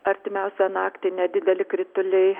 artimiausią naktį nedideli krituliai